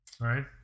Right